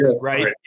right